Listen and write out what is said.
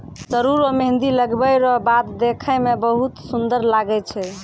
सरु रो मेंहदी लगबै रो बाद देखै मे बहुत सुन्दर लागै छै